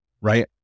Right